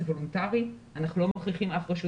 זה וולנטרי ואנחנו לא מכריחים אף רשות